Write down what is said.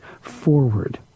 forward